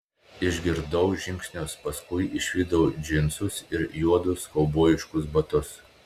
išgirdau žingsnius paskui išvydau džinsus ir juodus kaubojiškus batus